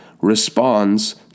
responds